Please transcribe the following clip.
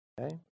okay